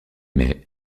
mai